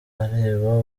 areba